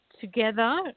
together